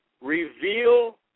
Reveal